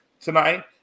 tonight